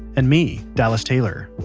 and me, dallas taylor.